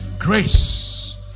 Grace